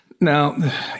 Now